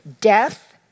death